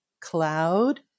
cloud